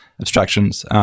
abstractions